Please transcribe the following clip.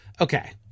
Okay